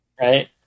Right